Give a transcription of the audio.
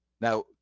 Now